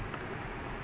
ya